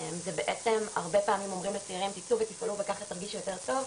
זה בעצם הרבה פעמים אומרים לצעירים תצאו ותפעלו וככה תרגישו יותר טוב,